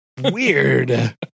weird